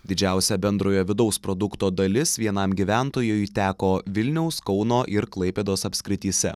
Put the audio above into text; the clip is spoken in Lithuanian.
didžiausia bendrojo vidaus produkto dalis vienam gyventojui teko vilniaus kauno ir klaipėdos apskrityse